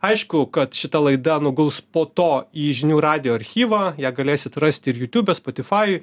aišku kad šita laida nuguls po to į žinių radijo archyvą ją galėsit rasti ir jutube spotifajuj